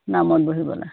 নামত বহিবলৈ